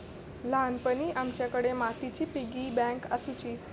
ल्हानपणी आमच्याकडे मातीची पिगी बँक आसुची